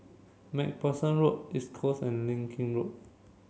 MacPherson Road East Coast and Leng Kee Road